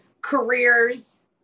careers